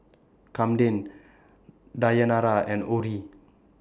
Kamden Dayanara and Orrie